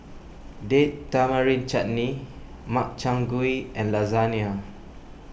Date Tamarind Chutney Makchang Gui and Lasagne